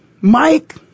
Mike